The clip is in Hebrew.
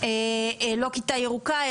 לא כיתה ירוקה,